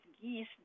geese